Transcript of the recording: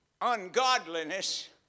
Ungodliness